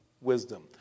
Wisdom